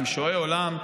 עם שועי עולם,